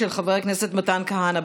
של חבר הכנסת מתן כהנא.